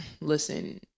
listen